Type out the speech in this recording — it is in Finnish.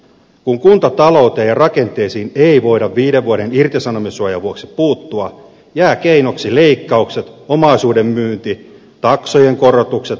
kun kuntatalouteen ja rakenteisiin ei voida viiden vuoden irtisanomissuojan vuoksi puuttua jäävät keinoiksi leikkaukset omaisuuden myynti taksojen korotukset verotuksen kiristäminen